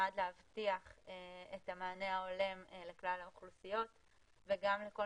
שנועד להבטיח את המענה ההולם לכלל האוכלוסיות וגם לכל